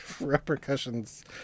repercussions